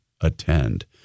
attend